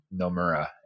Nomura